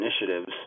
initiatives